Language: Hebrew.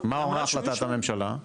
מה אומרת החלטת הממשלה?